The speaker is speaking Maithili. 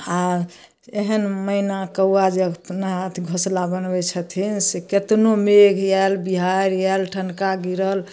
आ एहन मैना कौआ जे अपना हाथ घोसला बनबै छथिन से केतनो मेघ आयल बिहारि आयल ठनका गीड़ल